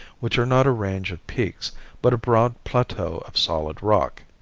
which are not a range of peaks but a broad plateau of solid rock.